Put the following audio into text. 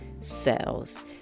cells